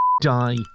die